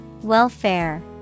Welfare